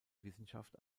wissenschaft